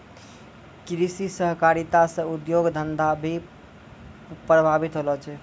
कृषि सहकारिता से उद्योग धंधा भी प्रभावित होलो छै